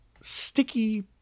sticky